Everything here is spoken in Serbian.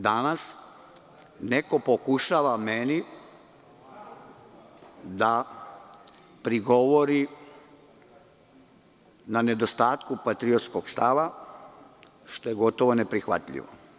Danas neko pokušava meni da prigovori na nedostatku patriotskog stava, što je gotovo neprihvatljivo.